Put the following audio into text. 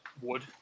Wood